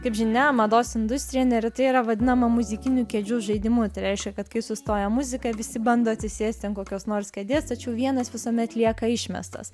kaip žinia mados industrija neretai yra vadinama muzikinių kėdžių žaidimu tai reiškia kad kai sustoja muzika visi bando atsisėsti ant kokios nors kėdės tačiau vienas visuomet lieka išmestas